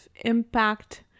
impact